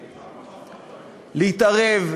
להתערב,